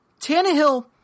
Tannehill